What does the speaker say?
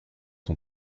son